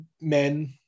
men